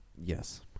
yes